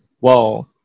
Wow